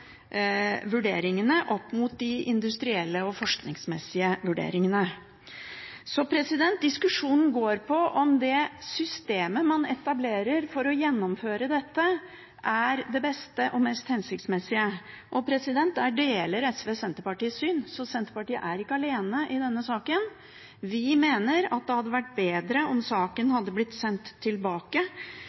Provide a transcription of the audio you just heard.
vurderingene opp mot de industrielle og forskningsmessige vurderingene. Diskusjonen dreier seg om det systemet man etablerer for å gjennomføre dette, er det beste og mest hensiktsmessige. Der deler SV Senterpartiets syn, så Senterpartiet er ikke alene i denne saken. Vi mener at det hadde vært bedre om saken hadde blitt sendt tilbake